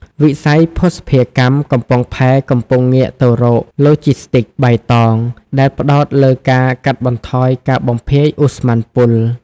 វិស័យភស្តុភារកម្មកំពង់ផែកំពុងងាកទៅរក "Logistics បៃតង" ដែលផ្ដោតលើការកាត់បន្ថយការបំភាយឧស្ម័នពុល។